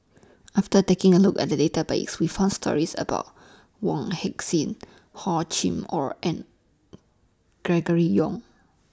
after taking A Look At The Database We found stories about Wong Heck Sing Hor Chim Or and Gregory Yong